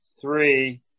three